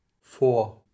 four